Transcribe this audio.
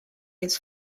his